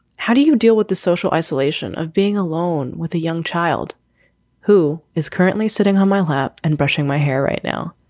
how do you deal with the social isolation of being alone with a young child who is currently sitting on my lap and brushing my hair right now?